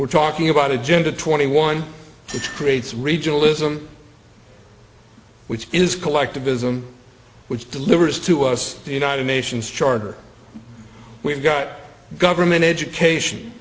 we're talking about agenda twenty one to creates regionalism which is collectivism which delivers to us the united nations charter we've got government education